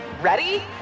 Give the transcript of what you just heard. Ready